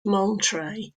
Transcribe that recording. moultrie